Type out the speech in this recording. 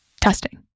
testing